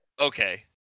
Okay